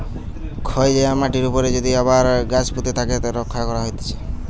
ক্ষয় যায়া মাটির উপরে যদি আবার গাছ পুঁতে তাকে রক্ষা করা হতিছে